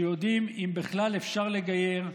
שיודעים אם בכלל אפשר לגייר,